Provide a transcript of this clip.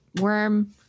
worm